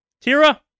tira